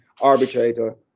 arbitrator